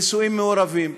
נישואים מעורבים,